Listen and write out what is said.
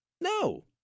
No